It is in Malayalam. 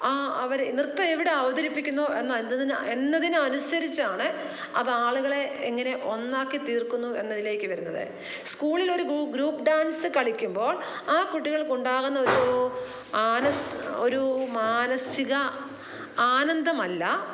ആ അവരെ നൃത്തം എവിടെ അവതരിപ്പിക്കുന്നുവോ എന്നതിനെ അനുസരിച്ചാണ് അത് ആളുകളെ എങ്ങനെ ഒന്നാക്കി തീർക്കുന്നു എന്നതിലേക്ക് വരുന്നത് സ്കൂളിൽ ഒരു ഗ്രൂപ്പ് ഡാൻസ് കളിക്കുമ്പോൾ ആ കുട്ടികൾക്ക് ഉണ്ടാകുന്നൊരു ആനസ് ഒരു മാനസിക ആനന്ദമല്ല